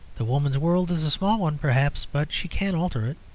the woman's world is a small one, perhaps, but she can alter it.